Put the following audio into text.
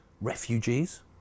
refugees